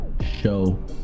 Show